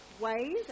ways